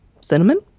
cinnamon